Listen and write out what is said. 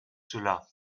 cela